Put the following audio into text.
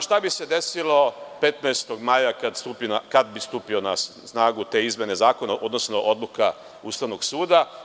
Šta bi se desilo 15. maja kada bi stupile na snagu te izmene zakona, odnosno odluka Ustavnog suda?